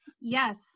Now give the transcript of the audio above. Yes